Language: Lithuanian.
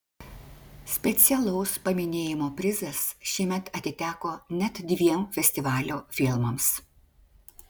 specialaus paminėjimo prizas šiemet atiteko net dviem festivalio filmams